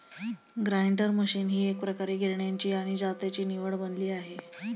grinder machine ही एकप्रकारे गिरण्यांची आणि जात्याची निवड बनली आहे